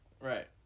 Right